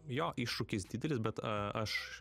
jo iššūkis didelis bet aš